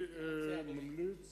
אני ממליץ